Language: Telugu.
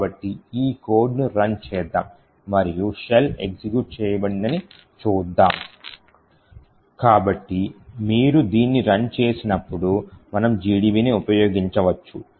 కాబట్టి ఈ కోడ్ను రన్ చేద్దాం మరియు షెల్ ఎగ్జిక్యూట్ చేయబడిందని చూద్దాం కాబట్టి మీరు దీన్ని రన్ చేసినప్పుడు మనము GDB ని ఉపయోగించవచ్చు